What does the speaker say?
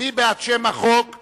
סעיד נפאע וחנין זועבי,